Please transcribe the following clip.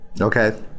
Okay